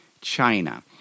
China